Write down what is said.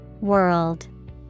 world